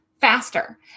faster